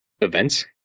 events